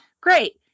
Great